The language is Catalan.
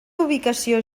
ubicació